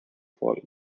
fall